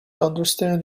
understand